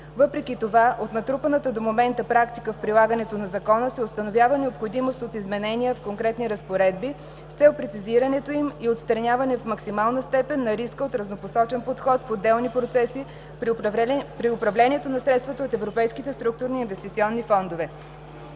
Въпреки това от натрупаната до момента практика в прилагането на закона се установява необходимост от изменения в конкретни разпоредби с цел прецизирането им и отстраняване в максимална степен на риска от разнопосочен подход в отделни процеси при управлението на средствата от европейските структурни и инвестиционни фондове.